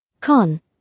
Con